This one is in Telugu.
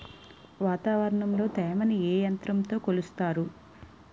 వాతావరణంలో తేమని ఏ యంత్రంతో కొలుస్తారు?